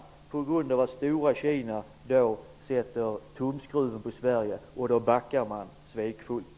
Det är på grund av att stora Kina sätter tumskruven på Sverige, och då backar regeringen svekfullt.